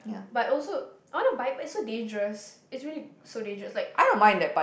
but also I want to buy but it's so dangerous it's really so dangerous is like